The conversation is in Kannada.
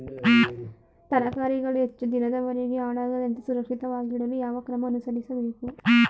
ತರಕಾರಿಗಳು ಹೆಚ್ಚು ದಿನದವರೆಗೆ ಹಾಳಾಗದಂತೆ ಸುರಕ್ಷಿತವಾಗಿಡಲು ಯಾವ ಕ್ರಮ ಅನುಸರಿಸಬೇಕು?